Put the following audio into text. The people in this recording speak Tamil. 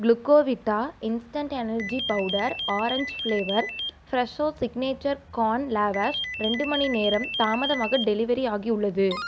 Glucovita instant energy powder orange flavour Fresho signature corn lavash ரெண்டு மணிநேரம் தாமதமாக டெலிவெரி ஆகியுள்ளது